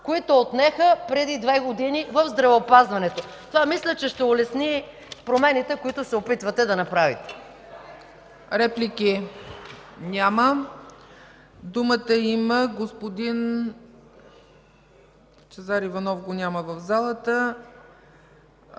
които отнеха преди две години в здравеопазването. Мисля, че това ще улесни промените, които се опитвате да направите.